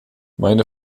meine